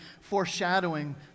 foreshadowing